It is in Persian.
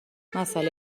مسئله